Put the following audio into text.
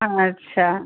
अच्छा